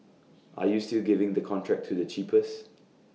are you still giving the contract to the cheapest